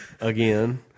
Again